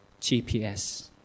GPS